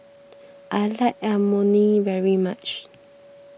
I like Imoni very much